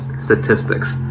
statistics